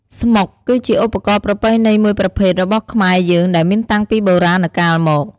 ស្មុកគឺជាឧបករណ៍ប្រពៃណីមួយប្រភេទរបស់ខ្មែរយើងដែលមានតាំងពីបុរាណកាលមក។